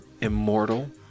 immortal